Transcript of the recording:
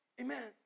Amen